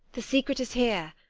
the secret is here,